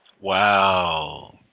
Wow